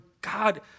God